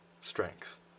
strength